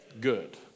good